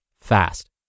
fast